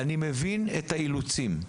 אני מבין את האילוצים.